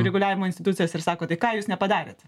reguliavimo institucijas ir sako tai ką jūs nepadarėt